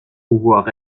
pouvoir